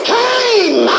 came